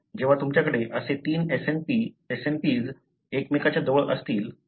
आता जेव्हा तुमच्याकडे असे तीन SNP SNPs एकमेकाच्या जवळ असतील